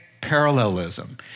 parallelism